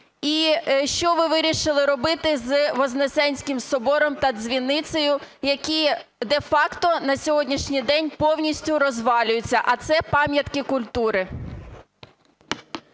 І що ви вирішили робити з Вознесенським собором та дзвіницею, які де-факто на сьогоднішній день повністю розвалюються, а це пам'ятки культури?